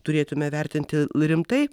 turėtumėme vertinti rimtai